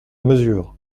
mesure